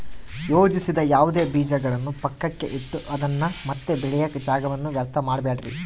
ಯೋಜಿಸದ ಯಾವುದೇ ಬೀಜಗಳನ್ನು ಪಕ್ಕಕ್ಕೆ ಇಟ್ಟು ಅದನ್ನ ಮತ್ತೆ ಬೆಳೆಯಾಕ ಜಾಗವನ್ನ ವ್ಯರ್ಥ ಮಾಡಬ್ಯಾಡ್ರಿ